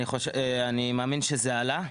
אני מאמין שזה עלה.